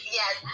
yes